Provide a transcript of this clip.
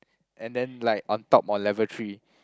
and then like on top of level three